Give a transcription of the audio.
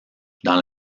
dans